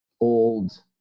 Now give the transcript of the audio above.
old